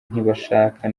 ntibashaka